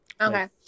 okay